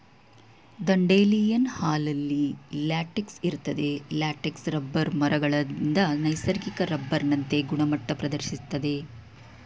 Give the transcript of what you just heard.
dandelion ಹಾಲಲ್ಲಿ latex ಇರ್ತದೆ latex rubber ಮರಗಳಿಂದ ನೈಸರ್ಗಿಕ ರಬ್ಬರ್ನಂತೆ ಗುಣಮಟ್ಟ ಪ್ರದರ್ಶಿಸ್ತದೆ